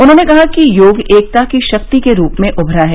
उन्होंने कहा कि योग एकता की शक्ति के रूप में उभरा है